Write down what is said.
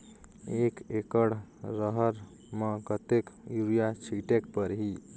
एक एकड रहर म कतेक युरिया छीटेक परही?